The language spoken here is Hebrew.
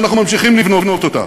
ואנחנו ממשיכים לבנות אותה.